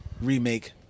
remake